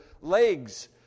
legs